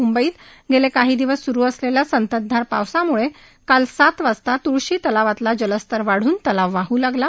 म्ंबईत गेले काही दिवस स्रू असलेल्या संततधार पावसाम्ळे काल सात वाजता त्ळशी तलावातला जलस्तर वाढून तलाव वाहू लागला